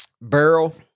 barrel